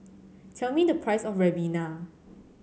tell me the price of Ribena